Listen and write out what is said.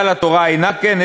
אבל התורה אינה כן,